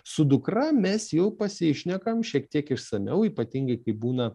su dukra mes jau pasišnekam šiek tiek išsamiau ypatingai kai būna